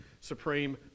supreme